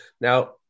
Now